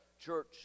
church